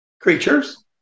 creatures